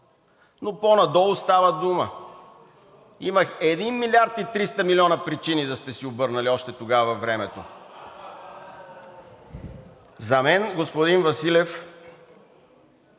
Но по-надолу става дума – има един милиард и триста милиона причини да сте си обърнали още тогава мнението. За мен, господин Василев,